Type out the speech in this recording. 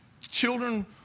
children